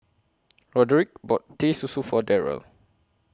Roderic bought Teh Susu For Darrel